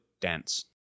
dense